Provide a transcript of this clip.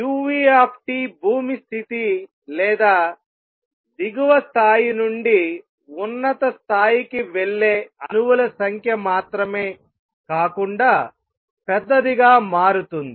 u భూమి స్థితి లేదా దిగువ స్థాయి నుండి ఉన్నత స్థాయికి వెళ్లే అణువుల సంఖ్య మాత్రమే కాకుండా పెద్దదిగా మారుతుంది